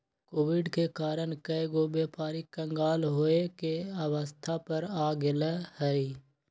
Covid के कारण कएगो व्यापारी क़ँगाल होये के अवस्था पर आ गेल हइ